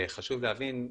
וחשוב להבין,